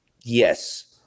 Yes